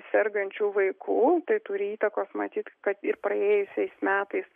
sergančių vaikų tai turi įtakos matyt kad ir praėjusiais metais